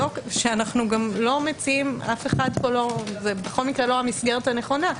זו לא המסגרת הנכונה.